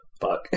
Fuck